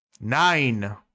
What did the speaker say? nine